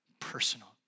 personal